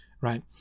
right